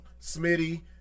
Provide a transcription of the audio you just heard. Smitty